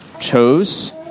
chose